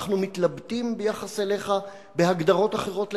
אנחנו מתלבטים ביחס אליך בהגדרות אחרות לגמרי.